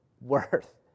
worth